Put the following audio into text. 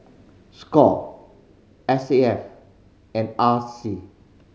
score S A F and R C